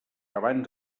abans